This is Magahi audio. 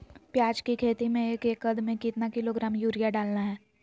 प्याज की खेती में एक एकद में कितना किलोग्राम यूरिया डालना है?